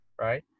right